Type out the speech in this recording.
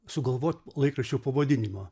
sugalvot laikraščio pavadinimą